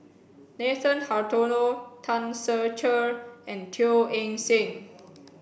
Nathan Hartono Tan Ser Cher and Teo Eng Seng